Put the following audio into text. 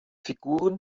figuren